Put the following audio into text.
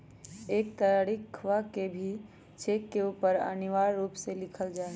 एक तारीखवा के भी चेक के ऊपर अनिवार्य रूप से लिखल जाहई